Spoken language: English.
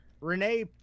Renee